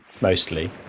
mostly